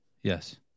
Yes